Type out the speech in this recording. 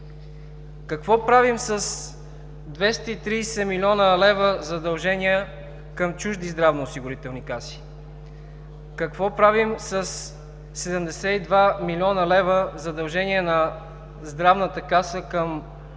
Какво правим с 230 млн. лв. задължения към чужди здравноосигурителни каси? Какво правим със 72 млн. задължения на Здравната каса към